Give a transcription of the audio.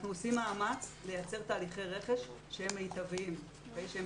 אנחנו עושים מאמץ לייצר תהליכי רכש שהם מיטביים ושהם